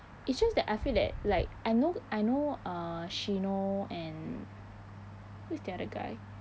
it's just that I feel that like I know I know uh shino and who is the other guy